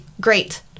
great